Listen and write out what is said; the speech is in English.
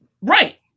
Right